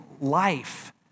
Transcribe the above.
life